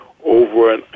over